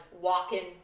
walking